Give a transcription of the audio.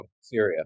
Syria